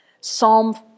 Psalm